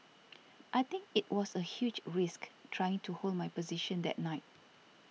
I think it was a huge risk trying to hold my position that night